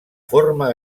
forma